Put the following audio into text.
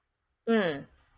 mm